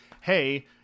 Hey